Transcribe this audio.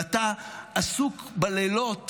ואתה עסוק בלילות